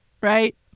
right